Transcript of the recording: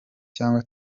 cyangwa